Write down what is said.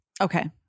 Okay